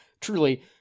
truly